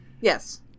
Yes